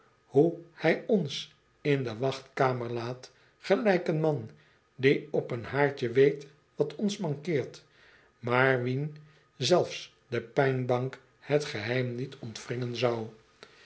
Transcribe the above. hoe hij ons in de wachtkamer laat gelijk een man die op een haartje weet wat ons mankeert maar wien zelfs de pijnbank het geheim niet ontwringen zou